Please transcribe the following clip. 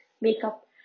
Makeup